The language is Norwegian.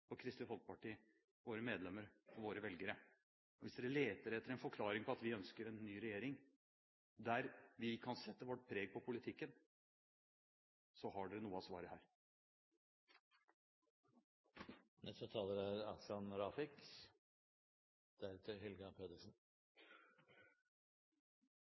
Kristelig Folkeparti, våre medlemmer og våre velgere. Hvis de leter etter en forklaring på at vi ønsker en ny regjering, der vi kan sette vårt preg på politikken, har de noe av svaret her. Mye er